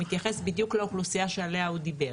שמתייחס בדיוק לאוכלוסייה שעליה הוא דיבר.